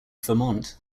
vermont